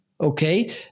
Okay